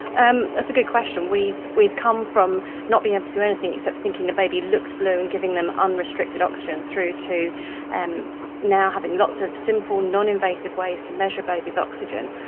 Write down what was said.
and that's a good question. we've we've come from not being able to do anything except thinking a baby looked blue and giving them unrestricted oxygen, through to and now having lots of simple, non-invasive ways to measure babies' oxygen.